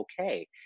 okay